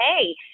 hey